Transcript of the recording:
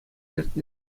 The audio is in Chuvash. иртнӗ